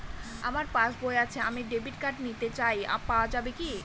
আমার পাসবই আছে আমি ডেবিট কার্ড নিতে চাই পাওয়া যাবে কি?